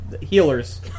healers